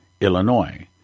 Illinois